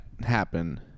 happen